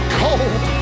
cold